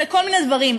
כל מיני דברים,